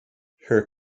her